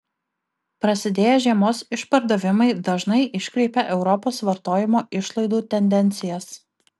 prasidėję žiemos išpardavimai dažnai iškreipia europos vartojimo išlaidų tendencijas